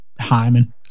hymen